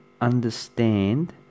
understand